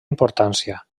importància